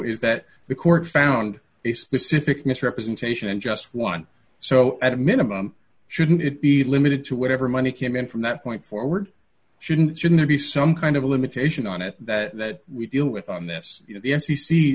is that the court found a specific misrepresentation just one so at a minimum shouldn't it be limited to whatever money came in from that point forward shouldn't shouldn't be some kind of a limitation on it that we deal with on this you know the f